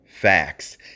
facts